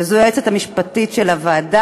וזאת היועצת המשפטית של הוועדה,